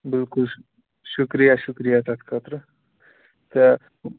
بِلکُل شُکریہ شُکریہِ سر تَتھ خأطرٕ تہٕ